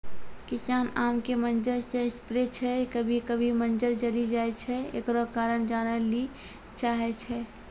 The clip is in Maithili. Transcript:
किसान आम के मंजर जे स्प्रे छैय कभी कभी मंजर जली जाय छैय, एकरो कारण जाने ली चाहेय छैय?